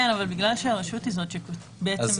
אבל בגלל שהרשות היא זאת שכותבת את הדוח.